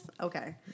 Okay